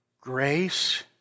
grace